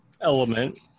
element